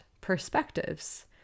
perspectives